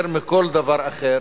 יותר מכול דבר אחר.